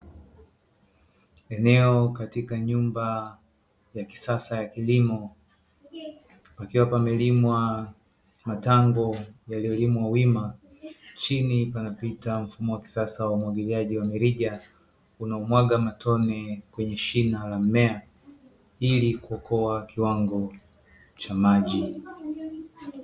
Eneo katika nyumba ya kisasa ya kilimo, pakiwa pamelimwa matango yaliyolimwa wima, chini panapita mfumo wa kisasa wa umwagiliaji wa mirija unaomwaga matone kwenye shina la mmea, ili kuokoa kiwango cha maji.